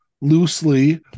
loosely